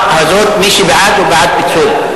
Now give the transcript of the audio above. מי שבעד הוא בעד פיצול.